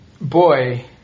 boy